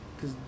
cause